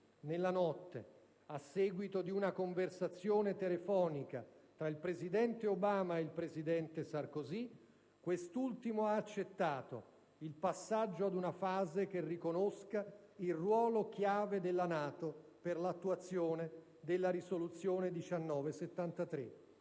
Nella notte, a seguito di una conversazione telefonica tra il presidente Obama e il presidente Sarkozy, quest'ultimo ha accettato il passaggio ad una fase che riconosca il ruolo chiave della NATO per l'attuazione della risoluzione n. 1973.